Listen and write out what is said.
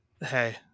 Hey